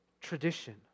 tradition